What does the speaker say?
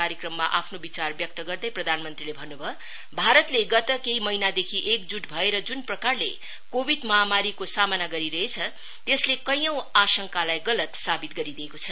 कार्यक्रममा आफ्नो विचार व्यक्त गर्दै प्रधानमंत्रीले भन्नु भयो भारतले गत केही महिनादेखि एकजूट भेर जु प्रकारले कोविड महामारीको सामना गरिरहेछ त्यसले कैयौं आशंकालाई गलत सावित गरिदिएको छ